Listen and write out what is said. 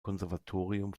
konservatorium